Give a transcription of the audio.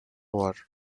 was